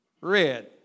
red